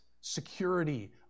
security